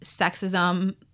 sexism